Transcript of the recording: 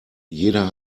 jeder